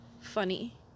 funny